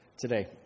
today